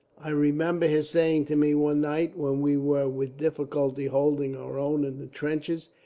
i remember his saying to me one night, when we were, with difficulty, holding our own in the trenches,